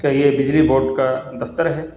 کیا یہ بجلی بورڈ کا دستر ہے